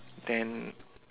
then